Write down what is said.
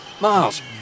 Miles